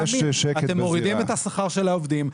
אתם מורידים את השכר של העובדים.